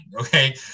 okay